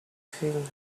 clean